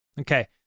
Okay